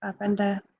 ah brenda.